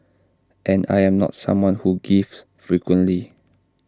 and I am not someone who gives frequently